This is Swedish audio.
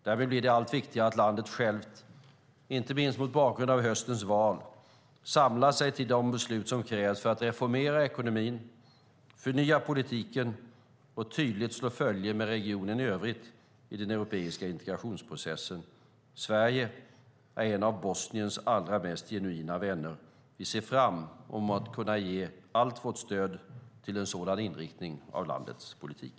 Därmed blir det allt viktigare att landet självt, inte minst mot bakgrund av höstens val, samlar sig till de beslut som krävs för att reformera ekonomin, förnya politiken och tydligt slå följe med regionen i övrigt i den europeiska integrationsprocessen. Sverige är en av Bosniens allra mest genuina vänner. Vi ser fram mot att kunna ge allt vårt stöd till en sådan inriktning av landets politik.